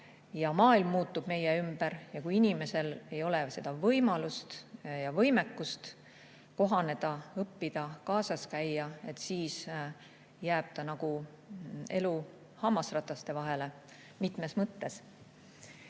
Maailm muutub meie ümber. Kui inimesel ei ole võimalust ja võimekust kohaneda, õppida, kaasas käia, siis jääb ta elu hammasrataste vahele mitmes mõttes.